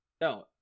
no